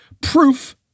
Proof